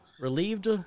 relieved